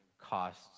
costs